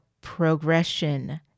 progression